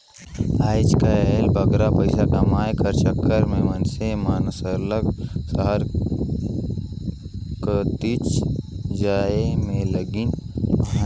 आएज काएल बगरा पइसा कमाए कर चक्कर में मइनसे मन सरलग सहर कतिच जाए में लगिन अहें